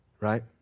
right